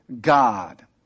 God